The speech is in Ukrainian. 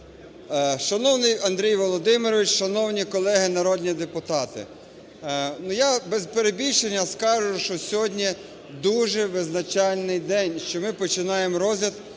Шановний Андрій Володимирович! Шановні колеги народні депутати! Я, без перебільшення, скажу, що сьогодні дуже визначальний день, що ми починаємо розгляд